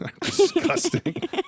disgusting